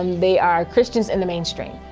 um they are christians in the mainstream.